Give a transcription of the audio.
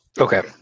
okay